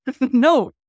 no